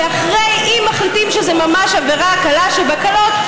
ואם מחליטים שזאת ממש עבירה קלה שבקלות,